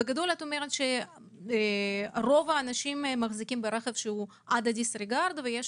בגדול את אומרת שרוב האנשים מחזיקים רכב עד הדיסריגרד ויש